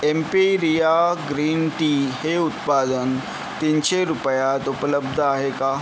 Emperia green tea हे उत्पादन तीनशे रुपयात उपलब्ध आहे का